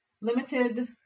limited